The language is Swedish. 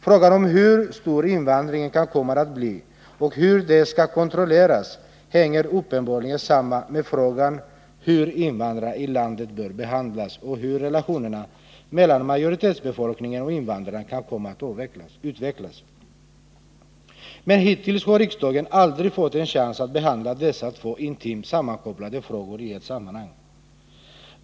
Frågan om hur stor invandringen kan komma att bli och hur den skall kontrolleras hänger uppenbarligen samman med frågan hur invandrarna i landet bör behandlas och hur relationerna mellan majoritetsbefolkningen och invandrarna kan komma att utvecklas. Hittills har emellertid riksdagen aldrig fått en chans att behandla dessa två intimt sammankopplade frågor i ett sammanhang.